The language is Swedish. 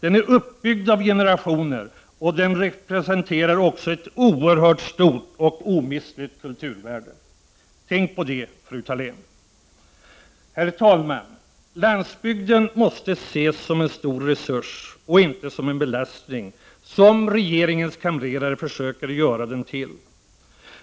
Den är uppbyggd av generationer, och den representerar också ett oerhört stort och omistligt kulturvärde. Tänk på det, fru Thalén! Herr talman! Landsbygden måste ses som en stor resurs och inte som en belastning, som regeringens kamrerare försöker göra den till.